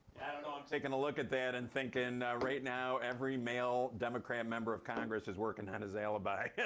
them. i'm taking a look at that and thinking, right now every male democrat member of congress is working on his alibi. yeah